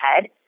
head